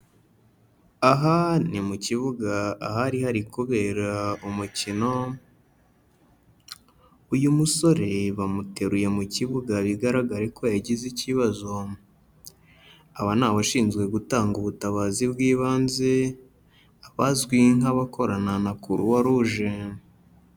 Aha ni mu kibuga ahari hari kubera umukino, uyu musore bamuteruye mu kibuga bigaragare ko yagize ikibazo. Aba ni abashinzwe gutanga ubutabazi bw'ibanze, abazwi nk'abakorana na Croix Rouge.